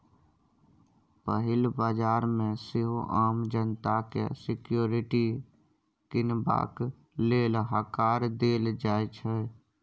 पहिल बजार मे सेहो आम जनता केँ सिक्युरिटी कीनबाक लेल हकार देल जाइ छै